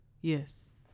Yes